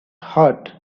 heart